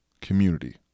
community